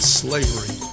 slavery